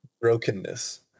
brokenness